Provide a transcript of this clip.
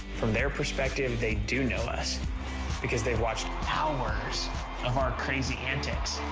from their perspective, they do know us because they've watched hours of our crazy antics.